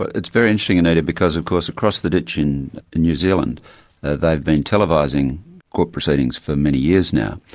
it's very interesting, anita, because of course across the ditch in new zealand they've been televising court proceedings for many years now,